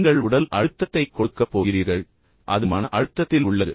நீங்கள் உடல் அழுத்தத்தைக் கொடுக்கப் போகிறீர்கள் அது மன அழுத்தத்தில் உள்ளது